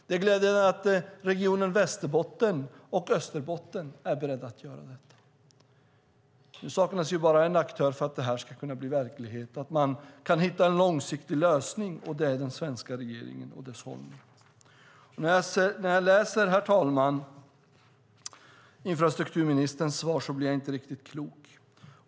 Det är glädjande att regionerna Västerbotten och Österbotten är beredda att göra det. Nu saknas bara en aktör för att detta ska kunna bli verklighet så att man kan hitta en långsiktig lösning, och det är den svenska regeringen. När jag läser infrastrukturministerns svar blir jag inte riktigt klok.